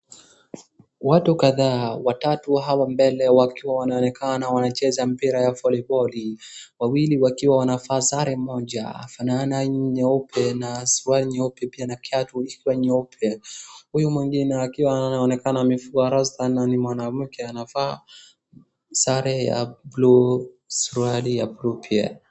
Watu kadhaa watatu hawa mbele wakiwa wanaonekana wanacheza mpira ya voliboli wawili wakiwa wanavaa sare moja inafanana nyeupe na suruali nyeupe pia na kiatu ikiwa nyeupe huyu mwingine akiwa anaonekana amevua rasta na mwanamke anavaa sare ya buluu suruali ya buluu pia.